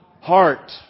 heart